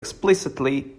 explicitly